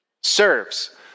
serves